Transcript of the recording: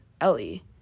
Ellie